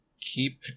keep